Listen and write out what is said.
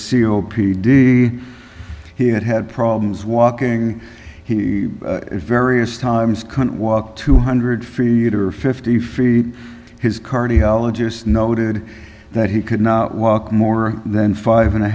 d he had had problems walking he various times couldn't walk two hundred feet or fifty feet his cardiologist noted that he could not walk more than five and a